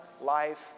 life